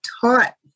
taught